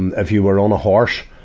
and if you were on a horse,